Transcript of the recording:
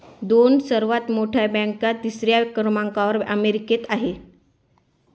दोन सर्वात मोठ्या बँका तिसऱ्या क्रमांकावर अमेरिकेत आहेत